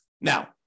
Now